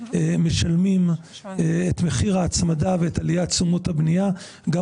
משלמים את מחיר ההצמדה ואת עליית תשומות הבנייה גם